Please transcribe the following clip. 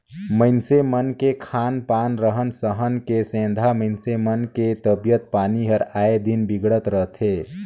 मइनसे मन के खान पान, रहन सहन के सेंधा मइनसे मन के तबियत पानी हर आय दिन बिगड़त रथे